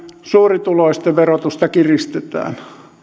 suurituloisten verotusta kiristetään